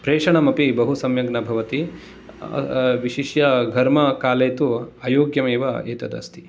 प्रेषणमपि बहुसम्यक् न भवति विशिष्य घर्मकाले तु अयोग्यं एव एतद् अस्ति